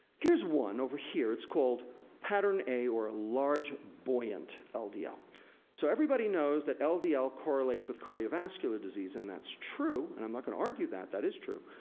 here's one over here, it's called pattern a or large buoyant ldl. yeah ah so, everybody knows that ldl ldl correlates with cardiovascular disease, and that's true. and i'm not gonna argue that, that is true.